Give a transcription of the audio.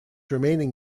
remaining